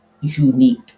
unique